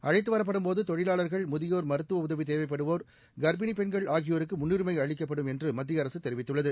அழைத்து வரப்படும்போது தொழிவாளா்கள் முதியோா் மருத்துவ உதவி தேவைப்படுவோா் கள்ப்பிணி பெண்கள் ஆகியோருக்கு முன்னுரிமை அளிக்கப்பம் என்று மத்திய அரசு தெரிவித்துள்ளது